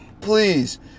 Please